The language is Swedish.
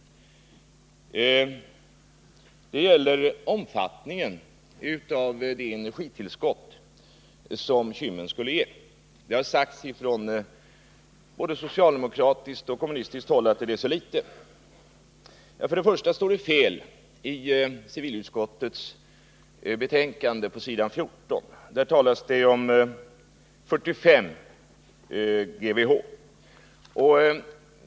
Vad jag vill ta upp är omfattningen av det energitillskott som Kymmens kraftverk skulle ge. Det har sagts både från socialdemokratiskt och från kommunistiskt håll att det skulle bli ett litet tillskott. Först och främst står det en felaktig uppgift i civilutskottets betänkande, s. 14. Där talas om 45 GWh/år.